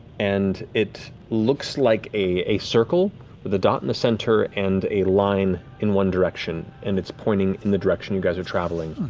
and it looks like a circle with a dot in the center and a line in one direction, and it's pointing in the direction you guys are traveling.